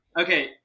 Okay